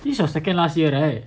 this is your second last year right